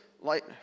light